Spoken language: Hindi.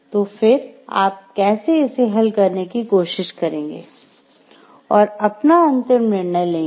तो फिर आप कैसे इसे हल करने की कोशिश करेंगे और अपना अंतिम निर्णय लेंगे